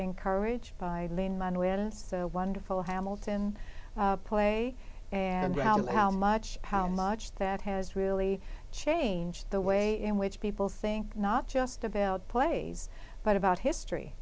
encouraged by lynn man when it's so wonderful hamilton play and how much how much that has really changed the way in which people think not just about plays but about history